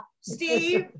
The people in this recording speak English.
Steve